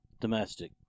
Domestic